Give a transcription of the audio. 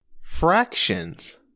Fractions